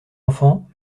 enfant